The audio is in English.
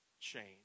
change